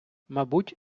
мабуть